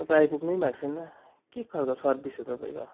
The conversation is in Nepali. तपाईँ आइपुग्नुै भएको छैन के खालको सर्भिस हो तपाईँको